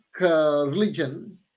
Religion